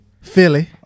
Philly